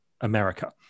America